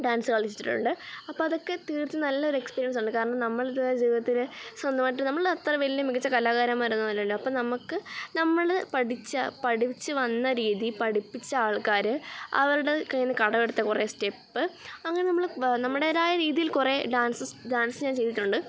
dance കളിച്ചിട്ടുണ്ട് അപ്പോള് അതൊക്കെ തീർച്ച നല്ലൊരു എക്സ്പീരിയൻസാണ് കാരണം നമ്മളൊരു ജീവിതത്തില് സ്വന്തമായിട്ട് നമ്മളത്ര വലിയ മികച്ച കലാകാരന്മാരൊന്നുമല്ലല്ലോ അപ്പോള് നമ്മള്ക്ക് നമ്മള് പഠിച്ച പഠിച്ചുവന്ന രീതി പഠിപ്പിച്ച ആൾക്കാര് അവരുടെ കയ്യില്നിന്ന് കടമെടുത്ത കുറേ സ്റ്റെപ്പ് അങ്ങനെ നമ്മള് നമ്മുടേതായ രീതിയിൽ കുറേ ഡാൻസസ് ഡാൻസ് ഞാൻ ചെയ്തിട്ടുണ്ട്